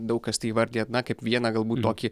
daug kas tai įvardija kaip vieną galbūt tokį